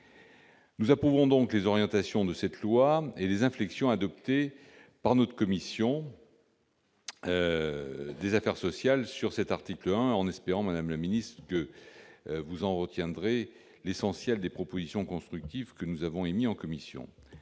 Nous approuvons donc les orientations de cette loi et les inflexions adoptées par notre commission des affaires sociales sur cet article 1, en espérant, madame la ministre, que vous retiendrez l'essentiel des propositions constructives émises par la commission.